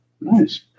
Nice